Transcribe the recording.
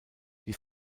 die